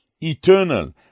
eternal